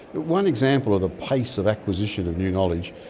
but one example of the pace of acquisition of new knowledge,